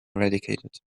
eradicated